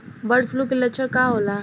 Bird flu के लक्षण का होला?